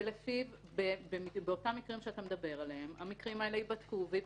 שלפיו אותם מקרים שאתה מדבר עליהם יבדקו וייבחנו.